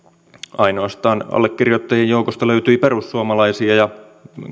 allekirjoittajien joukosta löytyi ainoastaan perussuomalaisia ja